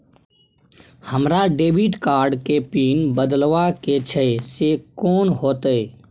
हमरा debit card के pin बदलवा के छै से कोन होतै?